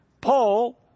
Paul